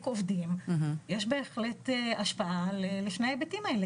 עובדים ויש בהחלט השפעה למשני ההיבטים האלה.